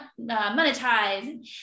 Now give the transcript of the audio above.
monetize